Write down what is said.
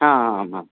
आम् आम्